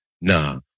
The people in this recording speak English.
nah